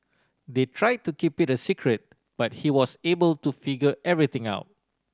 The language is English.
they tried to keep it a secret but he was able to figure everything out